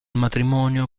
matrimonio